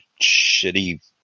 shitty